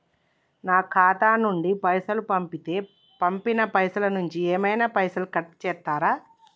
నా ఖాతా నుండి పైసలు పంపుతే పంపిన పైసల నుంచి ఏమైనా పైసలు కట్ చేత్తరా?